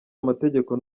amategeko